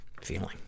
feeling